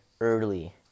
early